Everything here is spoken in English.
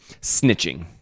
snitching